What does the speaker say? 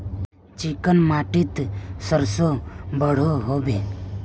Chicken माटित सरसों बढ़ो होबे?